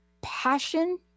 passion